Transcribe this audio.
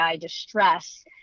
distress